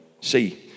See